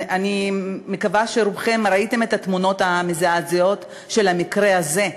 אני מקווה שרובכם ראיתם את התמונות המזעזעות של המקרה הזה.